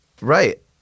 Right